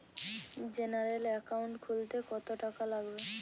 General account খুলতে কত টাকা লাগবে?